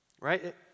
Right